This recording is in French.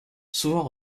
souvent